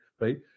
Right